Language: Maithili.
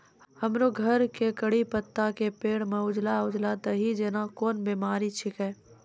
हमरो घर के कढ़ी पत्ता के पेड़ म उजला उजला दही जेना कोन बिमारी छेकै?